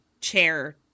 chair